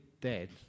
dead